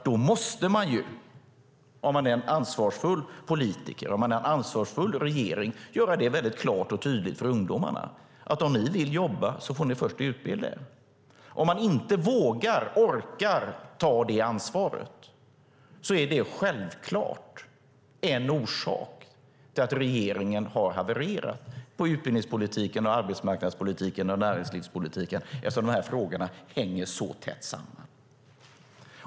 Då måste man som en ansvarsfull politiker i en ansvarsfull regering göra klart för ungdomarna att om de vill jobba får de först utbilda sig. Att man inte vågar eller orkar ta det ansvaret är självklart en orsak till att utbildningspolitiken, arbetsmarknadspolitiken och näringslivspolitiken har havererat, eftersom de här frågorna hänger så tätt samman.